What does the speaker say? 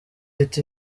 hit